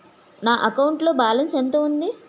నా అకౌంట్ లో బాలన్స్ ఎంత ఉంది?